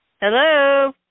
Hello